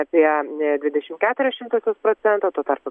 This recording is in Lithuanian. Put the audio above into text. atėję ne dvidešimt keturias šimtąsias procento tuo tarpu